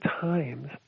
times